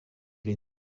les